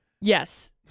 Yes